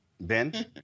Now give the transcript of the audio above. Ben